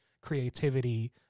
creativity